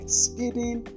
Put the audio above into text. speeding